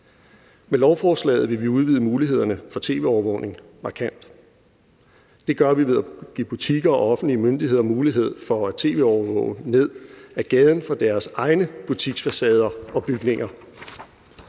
Med lovforslaget vil vi udvide mulighederne for tv-overvågning markant. Det gør vi ved at give butikker og offentlige myndigheder mulighed for at tv-overvåge ned ad gaden fra deres egne butiksfacader og bygninger.